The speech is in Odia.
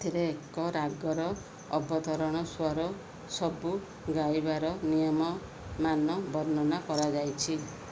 ଏଥିରେ ଏକ ରାଗର ଅବତରଣ ସ୍ୱର ସବୁ ଗାଇବାର ନିୟମମାନ ବର୍ଣ୍ଣନା କରାଯାଇଛି